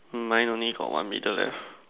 mine only got one middle left